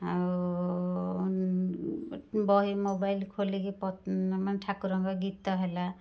ଆଉ ବହି ମୋବାଇଲ ଖୋଲିକି ଠାକୁରଙ୍କ ଗୀତ ହେଲା